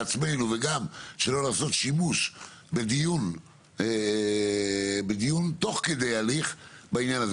לעצמנו וגם שלא לעשות שימוש בדיון תוך כדי הליך בעניין הזה.